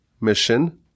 mission